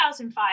2005